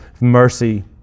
mercy